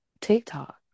TikTok